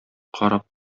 карап